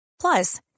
Plus